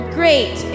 great